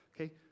Okay